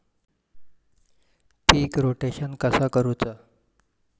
पीक rotation कसा करूचा?